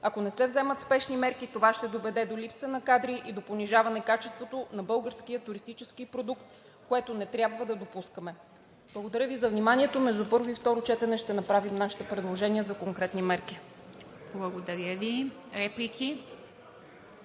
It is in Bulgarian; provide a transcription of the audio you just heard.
Ако не се вземат спешни мерки, това ще доведе до липса на кадри и до понижаване на качеството на българския туристически продукт, което не трябва да допускаме. Благодаря Ви за вниманието. Между първо и второ четене ще направим нашите предложения за конкретни мерки. ПРЕДСЕДАТЕЛ ИВА